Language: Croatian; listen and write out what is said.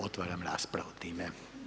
Otvaram raspravu time.